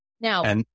Now